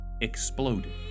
exploded